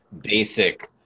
basic